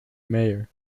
mayor